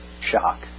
shock